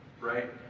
right